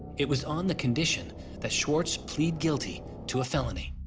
it was on the condition that swartz plead guilty to a felony.